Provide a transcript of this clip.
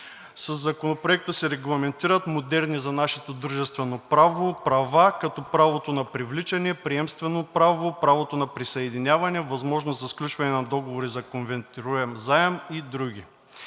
Със Законопроекта се регламентират модерни за нашето дружествено право права, като правото на привличане, приемствено право, правото на присъединяване, възможност за сключване на договори за конвертируем заем и други.